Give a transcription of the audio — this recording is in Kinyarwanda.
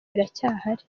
biracyahari